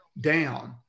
down